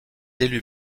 élue